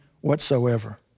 whatsoever